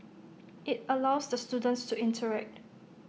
IT allows the students to interact